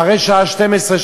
אחרי השעה 24:00,